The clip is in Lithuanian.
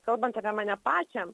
kalbant apie mane pačią